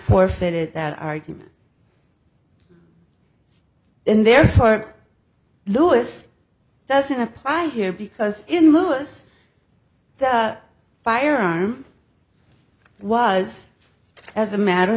forfeited that argument in their court louis doesn't apply here because in lewis the firearm was as a matter